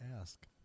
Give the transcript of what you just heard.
ask